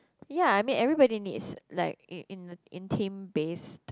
ya I mean everybody needs like in in in tame based